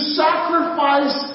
sacrifice